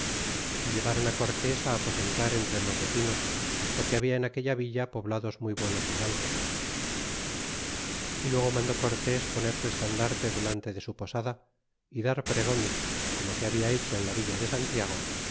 y llevron cortés aposentar entre los vecinos porque habia en aquella villa poblados muy buenos hidalgos y luego mandó cortés poner su estandarte delante de su posada y dar pregones como se habia hecho en la villa de santiago